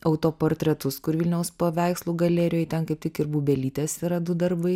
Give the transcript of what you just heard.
autoportretus kur vilniaus paveikslų galerijoj ten kaip tik ir bubelytės yra du darbai